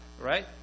right